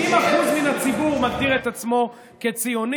90% מן הציבור מגדיר את עצמו כציוני,